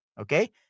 okay